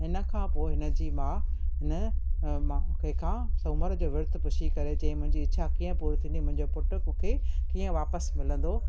हिन खां पोइ इनजी माउ कंहिंखां सूमर जो विर्तु पुछी करे चयाईं मुंहिंजी इच्छा कीअं पूरी थींदी मुंहिंजो पुटु मूंखे कीअं वापसि मिलंदो